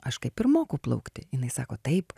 aš kaip ir moku plaukti jinai sako taip